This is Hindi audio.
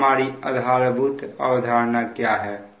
अब हमारी आधारभूत अवधारणा क्या है